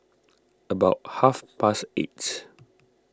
about half past eight